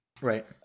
Right